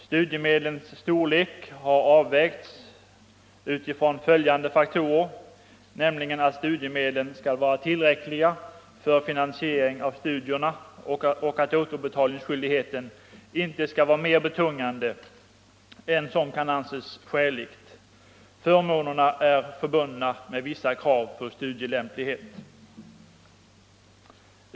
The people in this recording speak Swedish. Studiemedlens storlek har avvägts utifrån följande faktorer: att studiemedlen skall vara tillräckliga för finansiering av studierna och att återbetalningsskyldigheten inte skall vara mer betungande än som kan anses skäligt. Förmånerna är förbundna med vissa krav på studielämplighet.